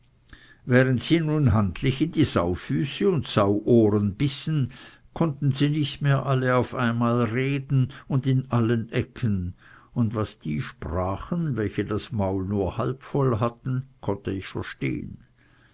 während sie nun handlich in die saufüße und sauohren bissen konnten sie nicht mehr alle auf einmal reden und in allen ecken und was die sprachen welche das maul nur halbvoll hatten konnte ich verstehen